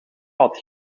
had